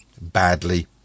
Badly